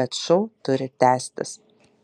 bet šou turi tęstis